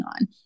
on